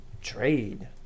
Trade